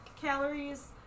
calories